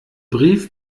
brief